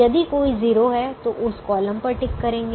यदि कोई 0 है तो उस कॉलम पर टिक करेंगे